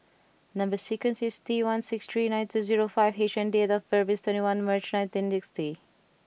number sequence is T one six three nine two zero five H and date of birth is twenty one March nineteen sixty